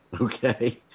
Okay